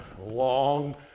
long